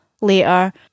later